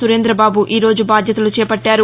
సురేందబాబు ఈ రోజు బాధ్యతలు చేపట్టారు